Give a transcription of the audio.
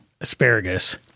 asparagus